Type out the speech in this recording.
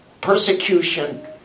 persecution